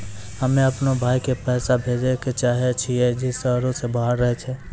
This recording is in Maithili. हम्मे अपनो भाय के पैसा भेजै ले चाहै छियै जे शहरो से बाहर रहै छै